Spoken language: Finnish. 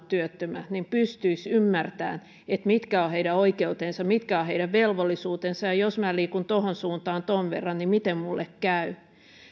työttömät pystyisivät ymmärtämään mitkä ovat heidän oikeutensa mitkä ovat heidän velvollisuutensa jos minä liikun tuohon suuntaan tuon verran niin miten minulle käy minä